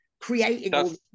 creating